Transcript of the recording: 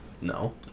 no